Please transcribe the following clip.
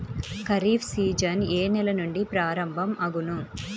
Kharif season ఏ నెల నుండి ప్రారంభం అగును?